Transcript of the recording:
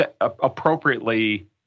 appropriately